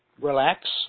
relax